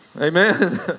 Amen